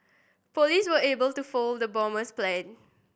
police were able to foil the bomber's plans